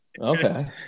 Okay